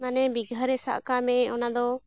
ᱢᱟᱱᱮ ᱵᱤᱜᱷᱟᱹ ᱨᱮ ᱥᱟᱵᱠᱟᱜ ᱢᱮ ᱚᱱᱟᱫᱚ